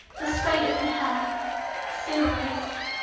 the state, if you have serious,